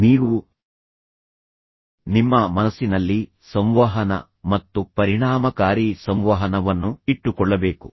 ನೀವು ನಿಮ್ಮ ಮನಸ್ಸಿನಲ್ಲಿ ಸಂವಹನ ಮತ್ತು ಪರಿಣಾಮಕಾರಿ ಸಂವಹನವನ್ನು ಇಟ್ಟುಕೊಳ್ಳಬೇಕು